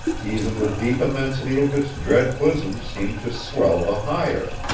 even the deep immensity of its dread bosom seemed to swell the higher,